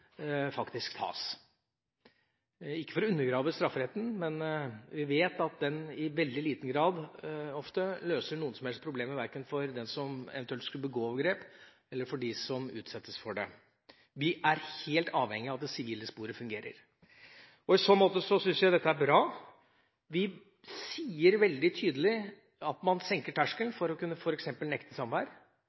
faktisk tas. Ikke for å undergrave strafferetten, men vi vet at den i veldig liten grad, ofte, løser noen som helst problemer, verken for dem som eventuelt skulle begå overgrep, eller for dem som utsettes for det. Vi er helt avhengig av at det sivile sporet fungerer. I så måte syns jeg dette er bra. Vi sier veldig tydelig at man senker terskelen for f.eks. å kunne